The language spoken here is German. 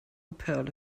perle